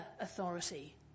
authority